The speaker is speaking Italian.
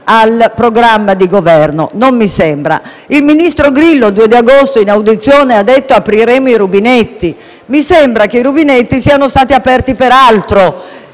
al programma di Governo: non mi sembra. Il ministro Grillo il 2 agosto in audizione ha detto che avrebbero aperto i rubinetti: mi sembra che i rubinetti siano stati aperti per altro